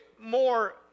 more